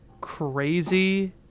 Crazy